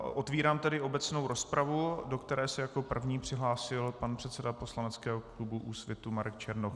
Otvírám tedy obecnou rozpravu, do které se jako první přihlásil pan předseda Poslaneckého klubu Úsvitu Marek Černoch.